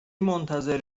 منتظر